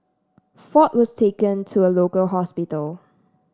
ford was taken to a local hospital